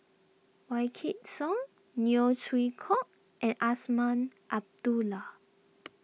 Wykidd Song Neo Chwee Kok and Azman Abdullah